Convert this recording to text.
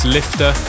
Lifter